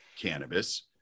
cannabis